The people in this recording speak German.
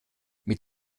mit